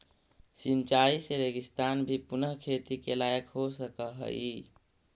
सिंचाई से रेगिस्तान भी पुनः खेती के लायक हो सकऽ हइ